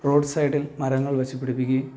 road സൈഡിൽ മരങ്ങൾ വച്ച് പിടിപ്പിക്കുകയും